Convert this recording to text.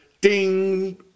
ding